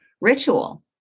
ritual